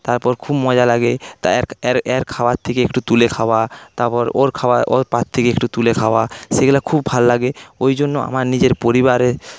তারপর খুব মজা লাগে এর খাওয়া থেকে একটু তুলে খাওয়া তারপর ওর খাওয়া ওর পাত থেকে একটু তুলে খাওয়া সেগুলো খুব ভালো লাগে ওই জন্য আমার নিজের পরিবারে